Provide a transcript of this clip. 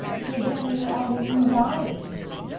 till general arlington dies, you mean?